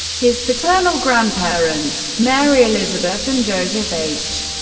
his paternal grandparents, mary elizabeth and joseph h.